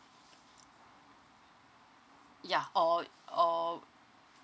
ya or or